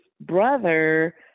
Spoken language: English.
brother